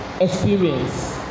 experience